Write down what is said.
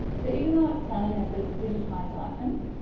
so even though it's telling us as a digitized item,